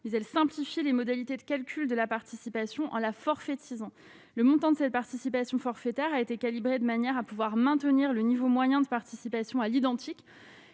mais elle simplifier les modalités de calcul de la participation à la forfait de 6 ans le montant de cette participation forfaitaire a été calibrée de manière à pouvoir maintenir le niveau moyen de participation à l'identique